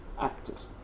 actors